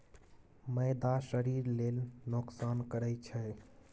मैदा शरीर लेल नोकसान करइ छै